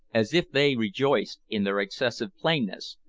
as if they rejoiced in their excessive plainness,